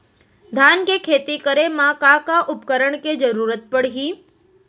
धान के खेती करे मा का का उपकरण के जरूरत पड़हि?